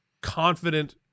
confident